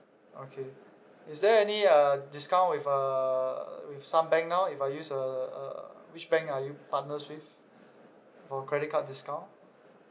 okay is there any uh discount with uh with some bank now if I use uh uh which bank are you partners with for credit card discount